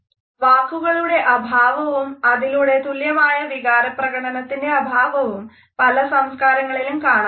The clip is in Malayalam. വാക്കുകളുടെ അഭാവവും അതിലൂടെ തുല്യമായ വികാരപ്രകടനത്തിൻറെ അഭാവവും പല സംസ്കാരങ്ങളിലും കാണാനാകും